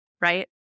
right